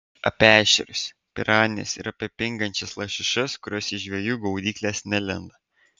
apie ešerius piranijas ir apie pingančias lašišas kurios į žvejų gaudykles nelenda